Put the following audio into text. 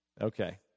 Okay